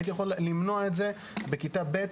הייתי יכול למנוע את זה בכיתה ב',